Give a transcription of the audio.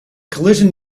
collision